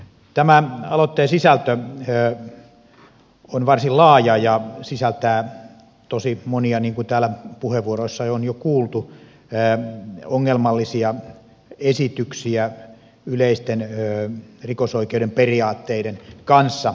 tämä aloitteen sisältö on varsin laaja ja sisältää niin kuin täällä puheenvuoroissa on jo kuultu tosi monia yleisten rikosoikeuden periaatteiden suhteen ongelmallisia esityksiä